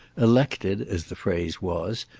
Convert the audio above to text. elected, as the phrase was,